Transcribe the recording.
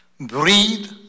Breathe